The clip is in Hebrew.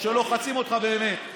שלוחצים אותך באמת.